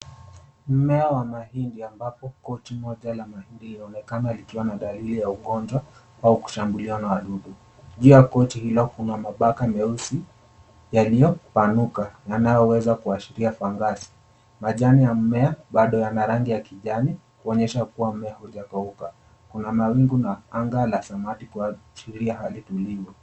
Mmea wa mahindi ambapo koti moja la mahindi linaonekana likiwa na dalili ya ugonjwa au kushambuliwa na wadudu. Juu ya koti hilo kuna mabaka meusi yaliyo panuka yanayoweza kuashiria kiangazi. Majani ya mmea bado yana rangi ya kijani kuonyesha kuwa mmea haujakauka. Kuna mawingu na anga la samawati kuashiria hali tulivu.